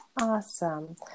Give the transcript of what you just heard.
Awesome